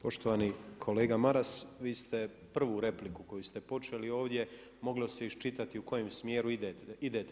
Poštovani kolega Maras, vi ste prvu repliku koju ste počeli ovdje moglo se iščitati u kojem smjeru idete.